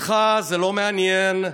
אותך זה לא מעניין.